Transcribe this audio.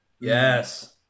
Yes